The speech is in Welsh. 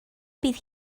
bydd